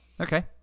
okay